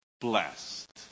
blessed